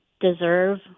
deserve